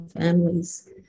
families